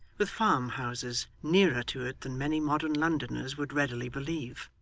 with farm-houses nearer to it than many modern londoners would readily believe,